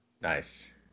Nice